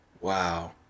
wow